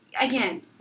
again